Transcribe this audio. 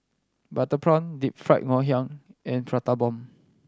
butter prawn Deep Fried Ngoh Hiang and Prata Bomb